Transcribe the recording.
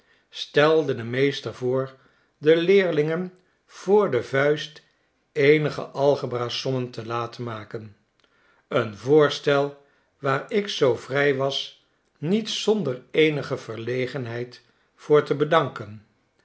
stelde de meester voor de leerlingen voor de vuist eenige algebra sommen te laten maken een voorstel waar ik zoo vrij was niet zonder eenige verlegenheid voor te bedanken